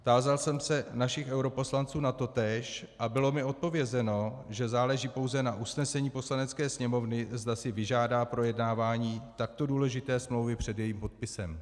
Tázal jsem se našich europoslanců na totéž a bylo mi odpovězeno, že záleží pouze na usnesení Poslanecké sněmovny, zda si vyžádá projednávání takto důležité smlouvy před jejím podpisem.